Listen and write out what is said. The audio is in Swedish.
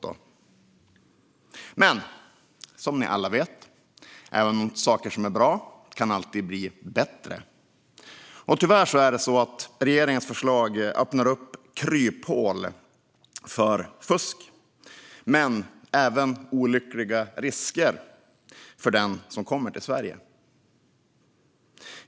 Som ni alla vet kan dock även saker som är bra alltid bli bättre. Tyvärr öppnar regeringens förslag upp kryphål för fusk, och det skapar även olyckliga risker för den som kommer till Sverige.